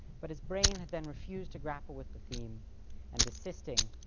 but his brain had then refused to grapple with the theme and, desisting,